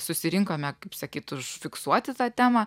susirinkome kaip sakyt užfiksuoti tą temą